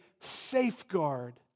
safeguard